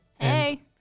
Hey